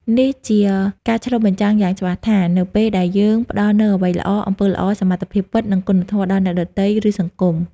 នេះជាការឆ្លុះបញ្ចាំងយ៉ាងច្បាស់ថា នៅពេលដែលយើងផ្ដល់នូវអ្វីល្អ អំពើល្អ សមត្ថភាពពិត និងគុណធម៌ដល់អ្នកដទៃ ឬសង្គម។